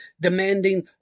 demanding